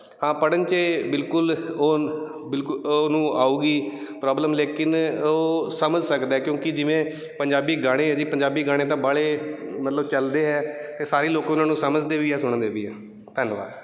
ਹਾਂ ਪੜ੍ਹਨ 'ਚ ਬਿਲਕੁਲ ਉਹ ਬਿਲਕੁਲ ਉਹਨੂੰ ਆਊਗੀ ਪ੍ਰੋਬਲਮ ਲੇਕਿਨ ਉਹ ਸਮਝ ਸਕਦਾ ਕਿਉਂਕਿ ਜਿਵੇਂ ਪੰਜਾਬੀ ਗਾਣੇ ਹੈ ਜੀ ਪੰਜਾਬੀ ਗਾਣੇ ਤਾਂ ਬਾਹਲੇ ਮਤਲਬ ਚਲਦੇ ਹੈ ਅਤੇ ਸਾਰੇ ਲੋਕ ਉਹਨਾਂ ਨੂੰ ਸਮਝਦੇ ਵੀ ਆ ਸੁਣਦੇ ਵੀ ਆ ਧੰਨਵਾਦ